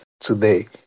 today